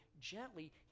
gently